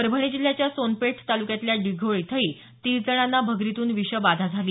परभणी जिल्ह्याच्या सोनपेठ तालुक्यातल्या डिघोळ इथंही तीस जणांना भगरीतून विषबाधा झाली